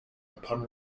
upon